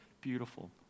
beautiful